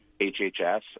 HHS